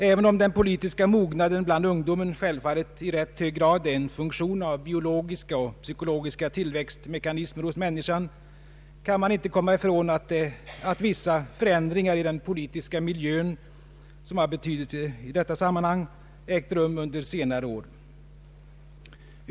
även om den politiska mognaden bland ungdomen självfallet i rätt hög grad är en funktion av biologiska och psykologiska tillväxtmekanismer hos människan kan man inte komma ifrån att vissa förändringar i den politiska miljön, som har betydelse i detta sammanhang, ägt rum under senare år.